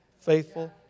faithful